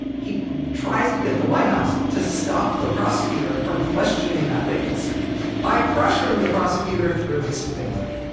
he tries to get the white house to stop the prosecutor from questioning that witness by pressuring the prosecutor through his family.